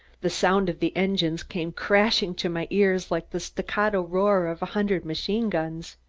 the sound of the engines came crashing to my ears like the staccato roar of a hundred machine guns.